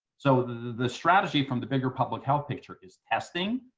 so the the strategy from the bigger public health picture is testing,